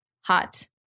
hot